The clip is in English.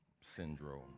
syndrome